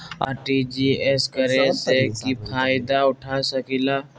RTGS करे से की फायदा उठा सकीला?